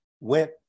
went